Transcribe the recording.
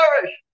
perish